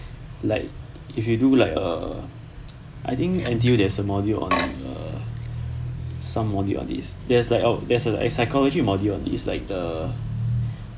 like if you do like err I think N_T_U that's a module on err some module on this there's like a oh there's a psychology module on this like the